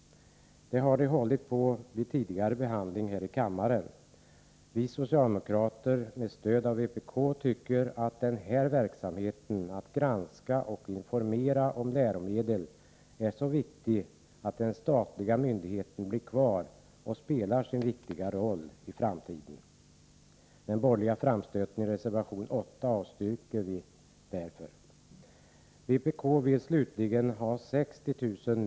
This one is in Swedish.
Det har de hållit på också vid tidigare behandling här i kammaren. Vi socialdemokrater, med stöd av vpk, tycker att verksamheten att granska och informera om läromedel är så viktig att den statliga myndigheten bör bli kvar och spela sin viktiga roll även i framtiden. Jag avstyrker därför den borgerliga framstöten i reservation 8. Vpk vill slutligen ha 60 000 kr.